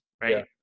right